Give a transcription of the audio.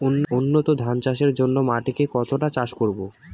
উন্নত ধান চাষের জন্য মাটিকে কতটা চাষ করব?